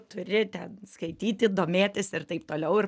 turi ten skaityti domėtis ir taip toliau ir